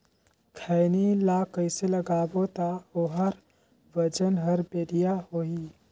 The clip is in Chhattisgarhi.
खैनी ला कइसे लगाबो ता ओहार वजन हर बेडिया होही?